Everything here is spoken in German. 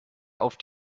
auf